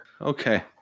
okay